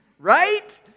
Right